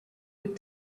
would